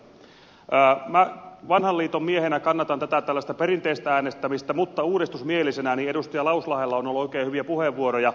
minä vanhan liiton miehenä kannatan tällaista perinteistä äänestämistä mutta uudistusmielisenä edustaja lauslahdella on ollut oikein hyviä puheenvuoroja